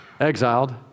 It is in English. exiled